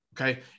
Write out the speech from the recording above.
okay